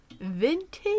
Vintage